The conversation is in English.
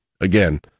again